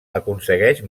aconsegueix